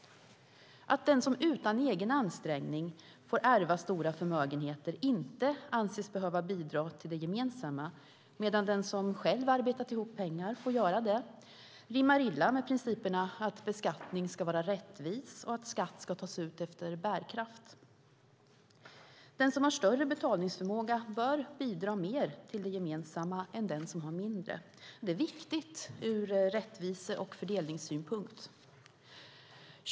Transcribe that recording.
Att den som utan egen ansträngning får ärva stora förmögenheter inte anses behöva bidra till det gemensamma medan den som själv har arbetat ihop pengar får göra det rimmar illa med principerna att beskattning ska vara rättvis och att skatt ska tas ut efter bärkraft. Den som har större betalningsförmåga bör bidra mer till det gemensamma än den som har mindre. Det är viktigt ur rättvise och fördelningssynpunkt.